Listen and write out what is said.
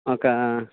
ఒకా